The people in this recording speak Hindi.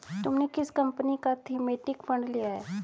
तुमने किस कंपनी का थीमेटिक फंड लिया है?